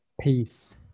Peace